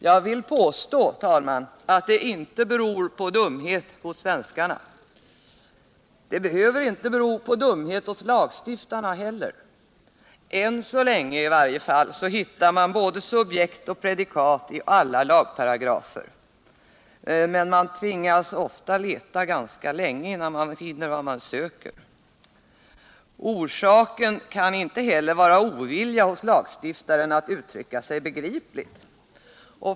Jag vill påstå, herr talman, att det inte beror på dumhet hos svenskarna. Det behöver inte bero på dumhet hos lagstiftaren heller. Än så länge i varje fall hittar man både subjekt och predikat i alla lagparagrafer, men man tvingas ofta leta länge innan man finner vad man söker. Orsaken kan inte heller vara ovilja hos lagstiftaren att uttrycka sig begripligt.